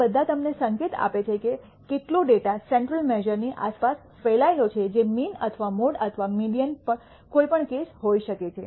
આ બધા તમને સંકેત આપે છે કે કેટલો ડેટા સેન્ટ્રલ મેશ઼ર ની આસપાસ ફેલાયેલો છે જે મીન અથવા મોડ અથવા મીડીઅન કોઈ પણ કેસ હોઈ શકે છે